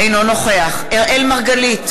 אינו נוכח אראל מרגלית,